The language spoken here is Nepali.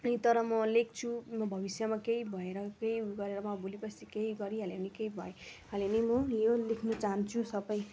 तर म लेख्छु म भविष्यमा केही भएर केही ऊ गरेर म भोलि पर्सि केही गरिहाल्यो भने केही भई हाल्यो भने म यो लेख्नु चाहन्छु सबै